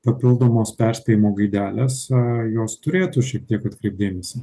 papildomos perspėjimo gaidelės jos turėtų šiek tiek atkreipt dėmesį